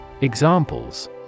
Examples